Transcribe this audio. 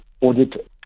audit